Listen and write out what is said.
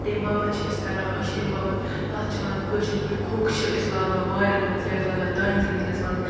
تمہِ باپَت چھِ أسۍ کَران أسۍ چھِ تمہِ باپَت تَتھ چھِ وَنان کٲشِر پٲٹھۍ کھوٚکھ چھِ أسۍ لاگان وارٮ۪ن مَنٛز یا چھِ لاگان دانہِ زمیٖنَس مَنٛز